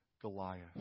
Goliath